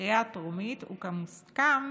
בקריאה ,הטרומית וכמוסכם